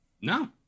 No